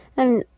and,